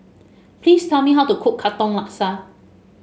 please tell me how to cook Katong Laksa